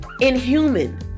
inhuman